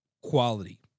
quality